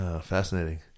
Fascinating